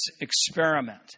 experiment